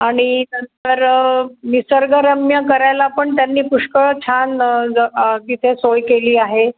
आणि नंतर निसर्गरम्य करायला पण त्यांनी पुष्कळ छान ग तिथे सोय केली आहे